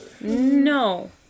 No